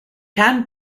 can